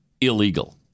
illegal